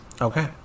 Okay